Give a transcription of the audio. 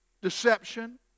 deception